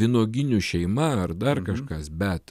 vynuoginių šeima ar dar kažkas bet